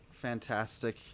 fantastic